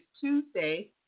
Tuesday